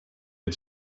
had